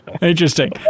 Interesting